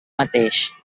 mateix